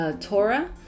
torah